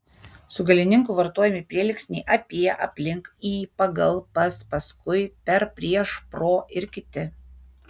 su galininku vartojami prielinksniai apie aplink į pagal pas paskui per prieš pro ir kiti